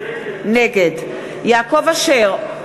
נגד יעקב אשר,